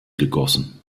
gegossen